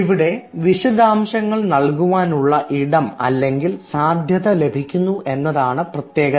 ഇവിടെ വിശദാംശങ്ങൾ നൽകുവാനുള്ള ഇടം അല്ലെങ്കിൽ സാധ്യത ലഭിക്കുന്നു എന്നതാണ് പ്രത്യേകത